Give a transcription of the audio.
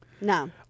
No